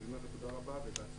אני אומר לך תודה רבה ובהצלחה.